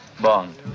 Bond